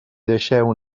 deixeu